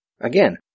again